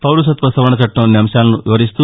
పౌరసత్వ సవరణ చట్టంలోని అంశాలను వివరిస్తూ